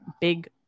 big